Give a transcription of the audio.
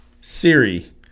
Siri